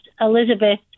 Elizabeth